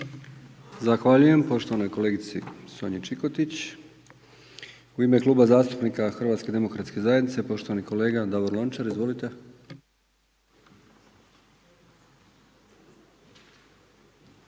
Zahvaljujem poštovanoj kolegici Sonji Čikotić. U ime Kluba zastupnika HDZ-a poštovani kolega Davor Lončar, izvolite.